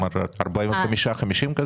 50-45 אלף?